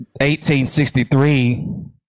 1863